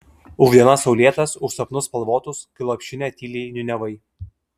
už dienas saulėtas už sapnus spalvotus kai lopšinę tyliai niūniavai